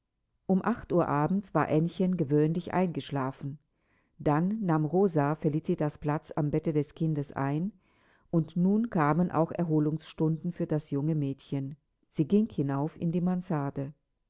um acht uhr abends war aennchen gewöhnlich eingeschlafen dann nahm rosa felicitas platz am bette des kindes ein und nun kamen auch erholungsstunden für das junge mädchen sie ging hinauf in die mansarde